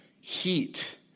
heat